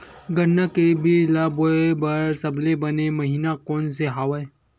गन्ना के बीज ल बोय बर सबले बने महिना कोन से हवय?